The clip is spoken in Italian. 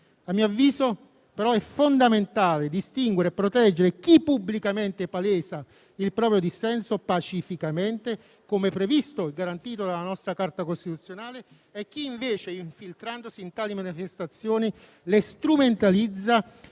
A mio avviso, è però fondamentale distinguere e proteggere chi pubblicamente palesa il proprio dissenso pacificamente, come previsto e garantito dalla nostra Carta costituzionale, da chi invece, infiltrandosi in tali manifestazioni, le strumentalizza